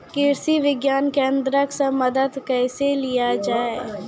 कृषि विज्ञान केन्द्रऽक से मदद कैसे लिया जाय?